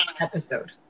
episode